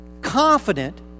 Confident